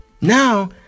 Now